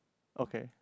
okay